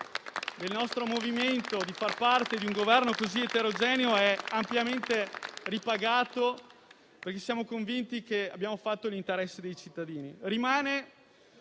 del nostro movimento di far parte di un Governo così eterogeneo è ampiamente ripagato, perché siamo convinti che abbiamo fatto l'interesse dei cittadini.